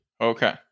Okay